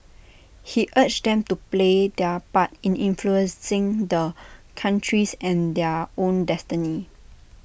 he urged them to play their part in influencing the country's and their own destiny